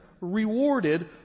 rewarded